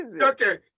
Okay